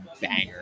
Banger